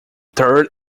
third